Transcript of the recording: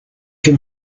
can